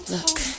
Look